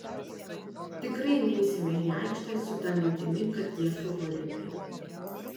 tikrai neisime į aikštę su ta mintimi kad jie favoritai